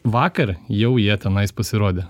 vakar jau jie tenais pasirodė